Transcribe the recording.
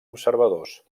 observadors